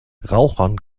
rauchern